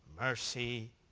mercy